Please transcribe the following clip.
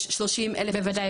יש 30 אלף מחלימים --- בוודאי,